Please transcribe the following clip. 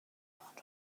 راحت